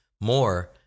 More